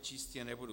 Číst je nebudu.